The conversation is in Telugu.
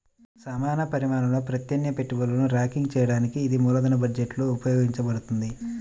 సమాన పరిమాణంలో ప్రత్యామ్నాయ పెట్టుబడులను ర్యాంక్ చేయడానికి ఇది మూలధన బడ్జెట్లో ఉపయోగించబడుతుంది